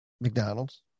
McDonald's